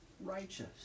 righteous